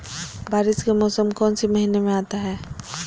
बारिस के मौसम कौन सी महीने में आता है?